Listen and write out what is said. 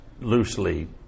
loosely